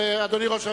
אדוני ראש הממשלה,